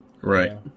Right